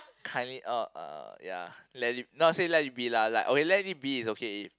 kindly uh uh ya let it not say let it be lah like okay let it be is okay